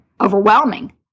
overwhelming